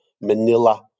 Manila